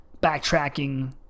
backtracking